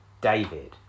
David